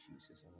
Jesus